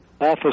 office